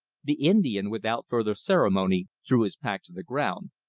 the indian without further ceremony threw his pack to the ground,